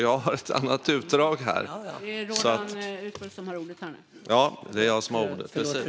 Jag har ett annat utdrag här. Där står det inte "försök".